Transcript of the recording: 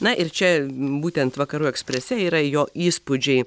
na ir čia būtent vakarų eksprese yra jo įspūdžiai